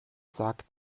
sagt